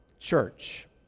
church